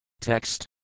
Text